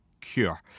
Cure